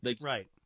right